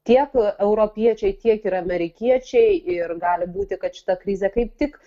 tiek europiečiai tiek ir amerikiečiai ir gali būti kad šita krizė kaip tik